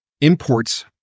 imports